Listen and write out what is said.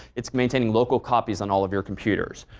it's maintaining local copies on all of your computers.